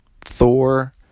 thor